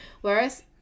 whereas